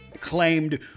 claimed